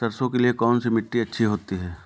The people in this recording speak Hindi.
सरसो के लिए कौन सी मिट्टी अच्छी होती है?